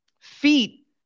feet